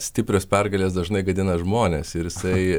stiprios pergalės dažnai gadina žmones ir jisai